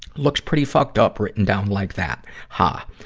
looks pretty fucked up, written down like that. ha!